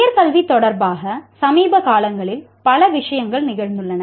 உயர் கல்வி தொடர்பாக சமீப காலங்களில் பல விஷயங்கள் நிகழ்ந்துள்ளன